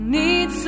need